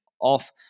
off